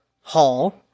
hall